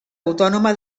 autònoma